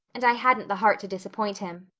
and i hadn't the heart to disappoint him.